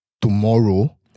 tomorrow